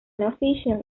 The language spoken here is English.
unofficial